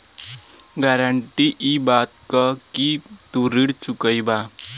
guarantee इ बात क कि तू ऋण चुकइबा